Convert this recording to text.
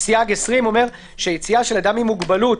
סייג זה אומר שיציאה של אדם עם מוגבלות,